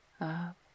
Up